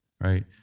right